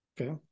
Okay